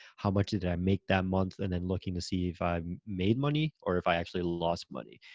how much did i make that month, and then looking to see if i made money or if i actually lost money.